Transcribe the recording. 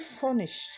furnished